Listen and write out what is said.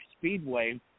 Speedway